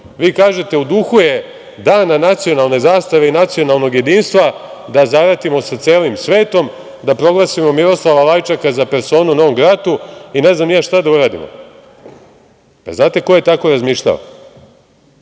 da je u duhu Dana nacionalne zastave i nacionalnog jedinstva da zaratimo sa celimo svetom, da proglasimo Miroslava Lajčaka za personu non gratu i ne znam ni ja šta da uradimo. A da li znate ko je tako razmišljao?